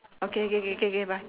okay K K K bye